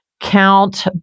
count